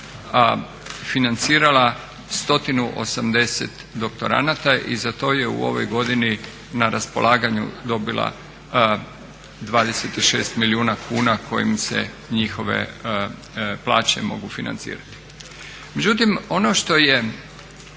je financirala 180 doktoranata i za to je u ovoj godini na raspolaganju dobila 26 milijuna kuna kojim se njihove plaće mogu financirati.